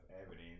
evidence